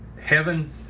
heaven